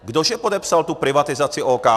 Kdo že podepsal tu privatizaci OKD?